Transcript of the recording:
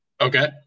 okay